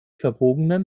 verbogenen